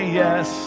yes